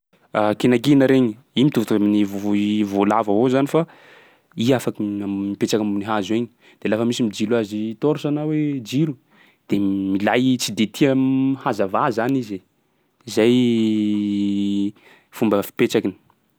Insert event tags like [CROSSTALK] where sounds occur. [HESITATION] Kinakina regny, igny mitovitovy amin'ny vo- voi- voalavo avao zany fa i afaky ma- mipetraky ambony hazo egny. De lafa misy mijilo azy torche na hoe jiro de milay i tsy de tia [HESITATION] hazavà zany izy e, zay [HESITATION] fomba fipetrakiny.